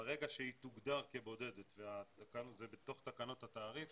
ברגע שהיא תוגדר כבודדת וזה בתוך תקנות התעריף,